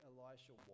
Elisha